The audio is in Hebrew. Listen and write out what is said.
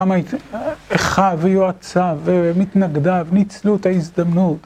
למה איכה ויועציו ומתנגדיו ניצלו את ההזדמנות